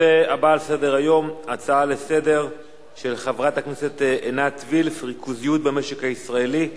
נעבור להצעה לסדר-היום בנושא: ריכוזיות במשק הישראלי,